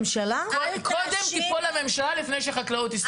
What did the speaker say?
קודם תיפול הממשלה לפני שהחקלאות תיסגר.